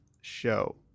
show